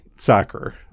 Soccer